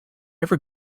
ever